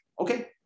Okay